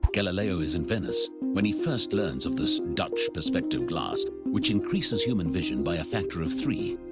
galileo is in venice when he first learns of this dutch perspective glass, which increases human vision by a factor of three.